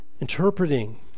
Interpreting